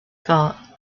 thought